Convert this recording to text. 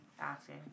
asking